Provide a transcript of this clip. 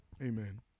Amen